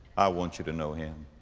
i want you to know him,